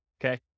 okay